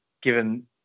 given